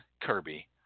Kirby